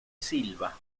silva